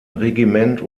regiment